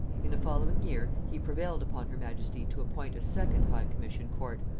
in the following year he prevailed upon her majesty to appoint a second high-commission court,